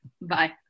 Bye